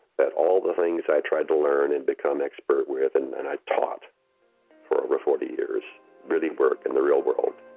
that all the things i tried to learn and become expert with and and i taught for over forty years really work in the real world,